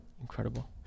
incredible